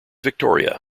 victoria